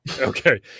Okay